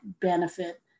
benefit